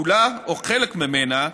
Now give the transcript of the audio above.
כולה או חלק ממנה,